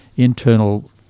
Internal